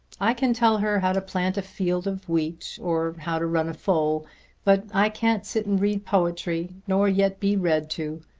i can tell her how to plant a field of wheat or how to run a foal but i can't sit and read poetry, nor yet be read to.